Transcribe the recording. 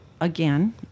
again